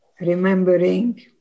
remembering